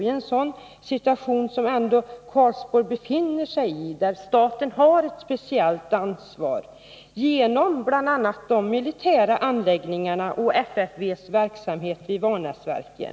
I en sådan situation som den Karlsborg ändå befinner sig i har staten ett speciellt ansvar. Jag tänker bl.a. på de militära anläggningarna och på FFV:s verksamhet i Vanäsverken.